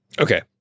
Okay